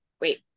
Wait